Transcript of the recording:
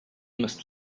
must